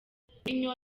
mourinho